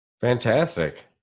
fantastic